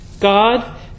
God